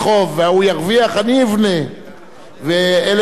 אלה הם דברים שהם ירושלמים אסליים,